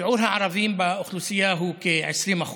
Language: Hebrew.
שיעור הערבים באוכלוסייה הוא כ-20%,